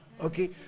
Okay